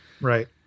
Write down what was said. Right